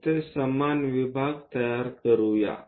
येथे समान विभाग तयार करू या